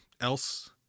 else